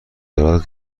دارد